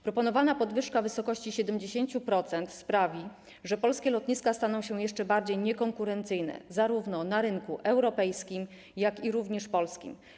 Proponowana podwyżka w wysokości 70% sprawi, że polskie lotniska staną się jeszcze bardziej niekonkurencyjne zarówno na rynku europejskim, jak i polskim.